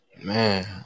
Man